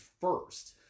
first